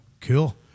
cool